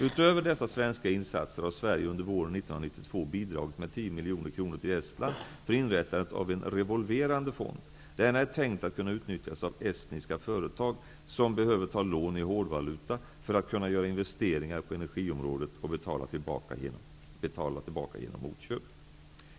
Utöver dessa svenska insatser har Sverige under våren 1992 bidragit med 10 miljoner kronor till Denna är tänkt att kunna utnyttjas av estniska företag som behöver ta lån i hårdvaluta för att kunna göra investeringar på energiområdet och betala tillbaka genom motköp.